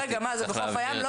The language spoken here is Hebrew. רגע, מה זה בחוף הים?